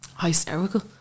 hysterical